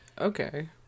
Okay